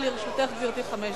בבקשה, גברתי, לרשותך חמש דקות.